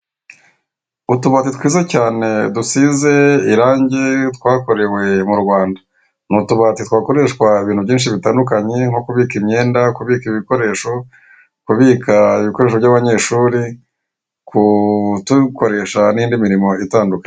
Utubati twiza cyane dusize irange twakorewe mu Rwanda. Ni utubati twakoreshwa ibintu byinshi bitandukanye nko kubika imyenda, kubika ibikoresho, kubika ibikoresho bya abanyeshuri, kudukoresha n'indi mirimo itandukanye.